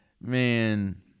man